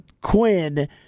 Quinn